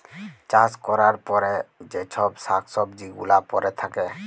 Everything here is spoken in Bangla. চাষ ক্যরার পরে যে চ্ছব শাক সবজি গুলা পরে থাক্যে